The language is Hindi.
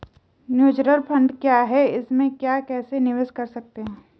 म्यूचुअल फण्ड क्या है इसमें हम कैसे निवेश कर सकते हैं?